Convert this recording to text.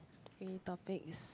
new topic is